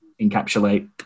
encapsulate